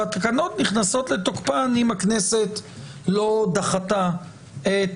והתקנות נכנסות לתוקפן אם הכנסת לא דחתה את